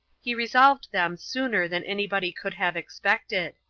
he resolved them sooner than any body could have expected.